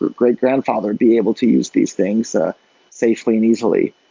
great-grandfather being able to use these things ah safely and easily.